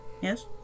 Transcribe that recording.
Yes